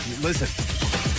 Listen